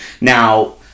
Now